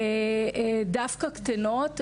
דווקא קטנות.